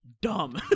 dumb